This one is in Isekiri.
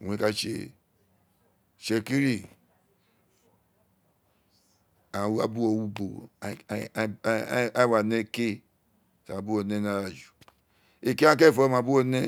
owun re ka tse itsẹkírì agháàn wa bu uwo wi ubo éè wa ne eké tí agháàn wa bu uwo ne ní ara ju eké kéiènfo agháàn ma bu uwo ne.